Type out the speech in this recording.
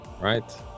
Right